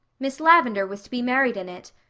miss lavendar was to be married in it.